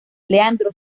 leandro